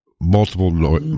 multiple